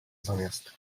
zamiast